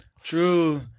true